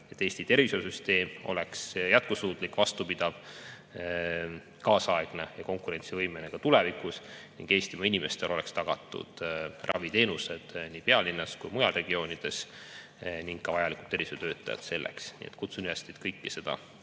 Eesti tervishoiusüsteem oleks jätkusuutlik, vastupidav, kaasaegne ja konkurentsivõimeline ka tulevikus ning Eestimaa inimestele oleks tagatud raviteenused nii pealinnas kui ka mujal regioonides, samuti selleks vajalikud tervishoiutöötajad. Kutsun teid kõiki üles